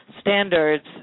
standards